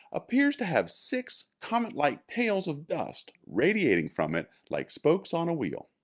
appears to have six comet-like tails of dust radiating from it like spokes on a wheel.